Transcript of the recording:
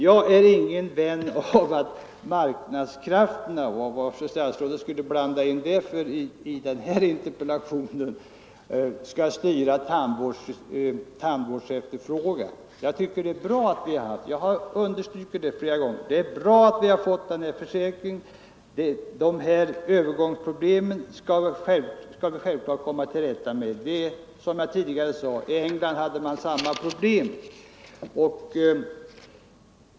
Jag är ingen vän av — jag förstår inte varför statsrådet skulle blanda in det i samband med denna interpellation — att marknadskrafterna skall styra tandvårdsefterfrågan. Jag har understrukit flera gånger att det är bra att vi fått tandvårdsförsäkringen. Övergångsproblemen skall vi självfallet komma till rätta med. Som jag tidigare sade hade man i England samma övergångsproblem.